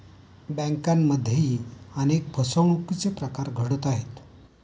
बँकांमध्येही अनेक फसवणुकीचे प्रकार घडत आहेत